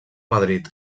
madrid